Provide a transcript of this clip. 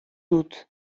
dut